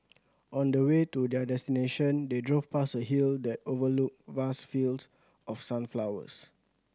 on the way to their destination they drove past a hill that overlooked vast field of sunflowers